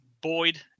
Boyd